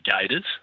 gators